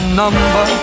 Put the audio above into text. number